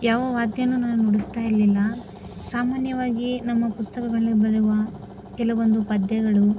ಯಾವ ವಾದ್ಯನು ನಾನು ನುಡಿಸ್ತಾ ಇರಲಿಲ್ಲ ಸಾಮಾನ್ಯವಾಗಿ ನಮ್ಮ ಪುಸ್ತಕಗಳಲ್ ಬರುವ ಕೆಲವೊಂದು ಪದ್ಯಗಳು